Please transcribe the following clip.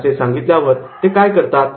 ' असे सांगितल्यावर ते काय करतात